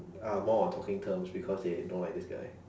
are more on talking terms because they don't like this guy